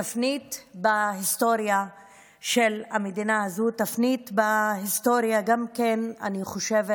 תפנית בהיסטוריה של המדינה הזו, ואני חושבת